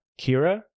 Kira